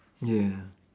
ya